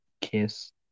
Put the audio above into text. kiss